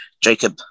Jacob